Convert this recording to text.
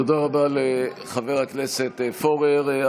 תודה רבה לחבר הכנסת פורר.